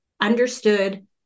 understood